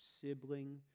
sibling